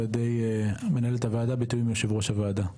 ידי מנהלת הוועדה בתיאום עם יושב ראש הוועדה.